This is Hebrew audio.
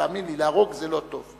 תאמין לי, להרוג זה לא טוב.